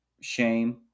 shame